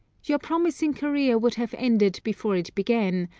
your promising career would have ended before it began,